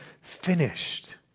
finished